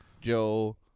Joe